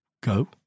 go